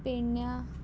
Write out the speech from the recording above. पेडण्या